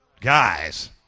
Guys